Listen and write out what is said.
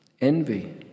envy